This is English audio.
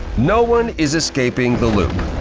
no one is escaping the loop.